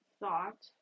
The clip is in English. thought